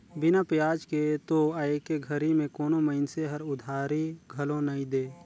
बिना बियाज के तो आयके घरी में कोनो मइनसे हर उधारी घलो नइ दे